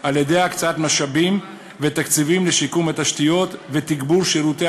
על-ידי הקצאת משאבים ותקציבים לשיקום התשתיות ותגבור שירותי